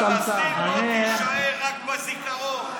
פלסטין לא תישאר, רק בזיכרון.